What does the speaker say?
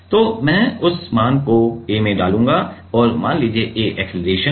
तो मैं उस मान को a में डालूंगा मान लीजिये a एक्सेलरेशन है